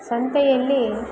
ಸಂತೆಯಲ್ಲಿ